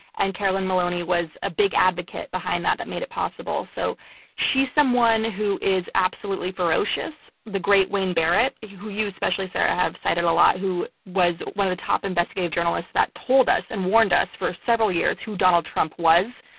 and carolyn maloney was a big advocate behind that that made it possible. so she's someone who is absolutely ferocious. the great wayne barrett, who you especially, sarah, have cited a lot, who was one of the top investigative journalists that told us and warned us for several years who donald trump was.